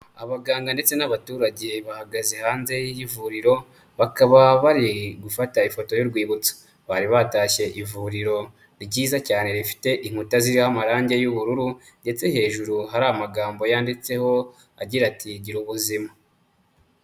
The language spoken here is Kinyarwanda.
Abaganga ndetse n'abaturage bahagaze hanze y'ivuriro, bakaba bari gufata ifoto y'urwibutso, bari batashye ivuriro ryiza cyane rifite inkuta ziriho amarangi y'ubururu ndetse hejuru hari amagambo yanditseho agira ati gira ubuzima.